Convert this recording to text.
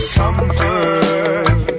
comfort